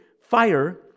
fire